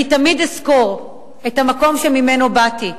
אני תמיד אזכור את המקום שממנו באתי.